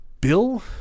Bill